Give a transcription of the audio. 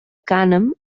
cànem